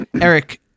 eric